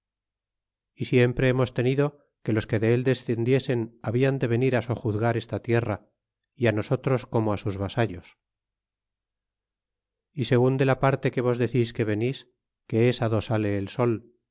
e siempre hemos tenido que los que de a descendiesen habian de venir sojuzgar esta tierra y nosotros como á sus vasallos e segun de la parte que vos decis que venia que es do sale el sol